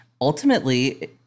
ultimately